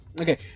Okay